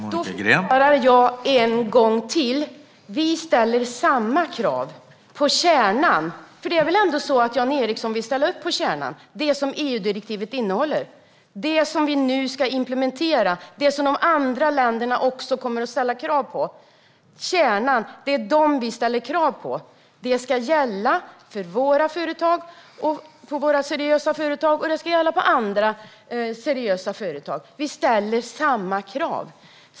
Herr talman! Då förklarar jag en gång till: Vi ställer samma krav när det gäller kärnan. Det är väl ändå så att Jan Ericson vill ställa upp på kärnan - det som EU-direktivet innehåller? Det är det som vi nu ska implementera och det som de andra länderna också kommer att ställa krav på. Det är det som finns i kärnan som vi ställer krav på. Det ska gälla för våra seriösa företag, och det ska gälla för andra seriösa företag. Vi ställer samma krav.